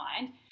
mind